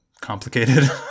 complicated